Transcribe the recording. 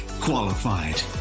qualified